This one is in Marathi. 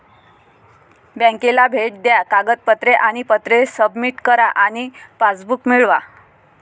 बँकेला भेट द्या कागदपत्रे आणि पत्रे सबमिट करा आणि पासबुक मिळवा